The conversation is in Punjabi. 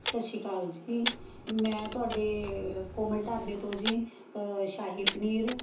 ਸਤਿ ਸ਼੍ਰੀ ਅਕਾਲ ਜੀ ਮੈਂ ਤੁਹਾਡੇ ਕੋਮਲ ਢਾਬੇ ਤੋਂ ਜੀ ਸ਼ਾਹੀ ਪਨੀਰ